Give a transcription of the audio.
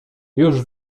już